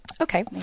Okay